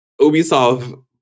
Ubisoft